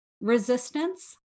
resistance